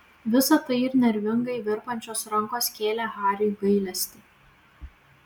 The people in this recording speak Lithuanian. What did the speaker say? visa tai ir nervingai virpančios rankos kėlė hariui gailestį